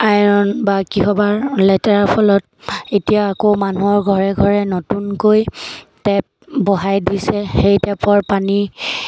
iron বা কিবাহৰ লেতেৰাৰ ফলত এতিয়া আকৌ মানুহৰ ঘৰে ঘৰে নতুনকৈ টেপ বহাই দিছে সেই টেপৰ পানী